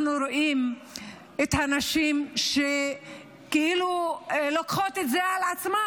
אנחנו רואים את הנשים שכאילו לוקחות את זה על עצמן